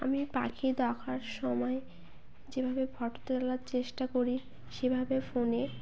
আমি পাখি দেখার সময় যেভাবে ফটো তোলার চেষ্টা করি সেভাবে ফোনে